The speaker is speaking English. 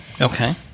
Okay